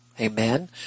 Amen